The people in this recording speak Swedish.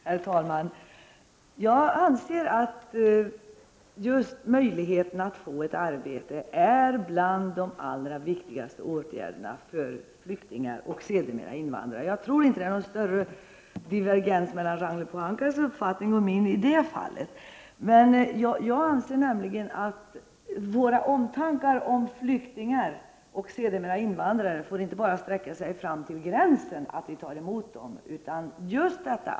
Herr talman! Jag anser att just möjligheter att få ett arbete är bland det allra viktigaste att åstadkomma för flyktingar och sedermera invandrare. Jag tror inte att det är någon större divergens mellan Ragnhild Pohankas och min uppfattning i det avseendet. Vår omtanke om flyktingar och sedermera invandrare får inte sträcka sig bara fram till gränsen, dvs. att vi tar emot dem.